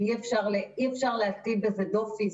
אי אפשר להטיל בזה דופי,